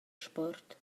sport